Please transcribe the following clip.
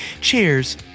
Cheers